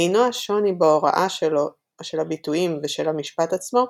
אינו השוני בהוראה של הביטויים ושל המשפט עצמו,